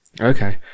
okay